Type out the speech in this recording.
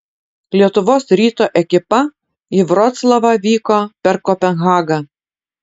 lietuvos ryto ekipa į vroclavą vyko per kopenhagą